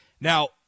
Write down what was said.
Now